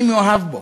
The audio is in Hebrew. אני מאוהב בו.